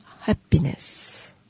happiness